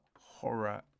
horror